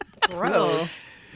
Gross